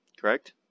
Correct